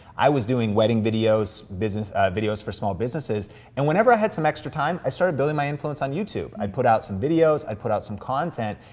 i was doing wedding videos, business videos for small businesses and whenever i had some extra time, i started building my influence on youtube. i'd put out some videos, i'd put out some content,